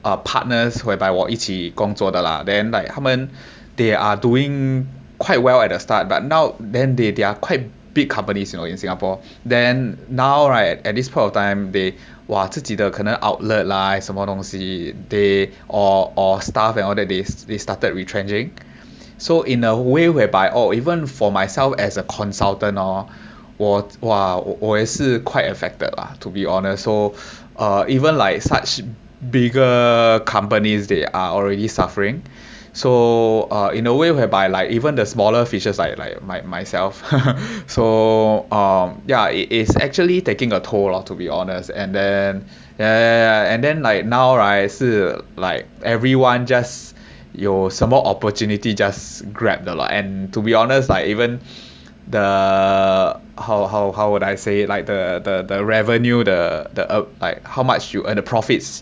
uh partners whereby 我一起工作的 lah then like 他们 they are doing quite well at the start but now then did they are are quite big companies you know in singapore then now right at this point of time they !wah! 自己的可能 outlet lah 什么东西 they or or staff they started retrenching so in a way whereby oh even for myself as a consultant hor 我 !wah! 我也是 quite affected lah to be honest so uh even like such bigger companies they are already suffering so err in a way whereby like even the smaller fishes like like my myself so um yeah it is actually taking a toll lah to be honest and then err and then like now right it's like everyone just 有什么 opportunity just grab 的 lah and to be honest like even the how how how would I say like the the revenue and the the uh like how much you earn the profits